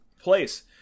place